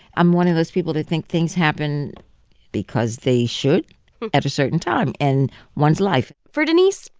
i'm one of those people that think things happen because they should at a certain time in one's life for denise,